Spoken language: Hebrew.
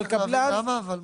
אבל קבלן --- למה אבל?